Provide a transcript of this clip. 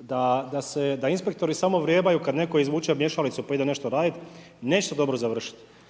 da inspektori samo vrebaju kad netko izvuče mješalicu pa ide nešto raditi, neće to dobro završiti.